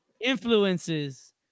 influences